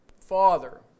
father